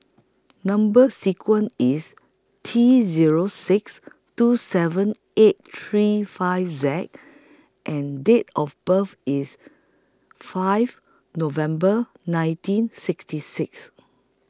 Number sequence IS T Zero six two seven eight three five Z and Date of birth IS five November nineteen sixty six